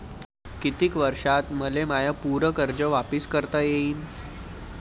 कितीक वर्षात मले माय पूर कर्ज वापिस करता येईन?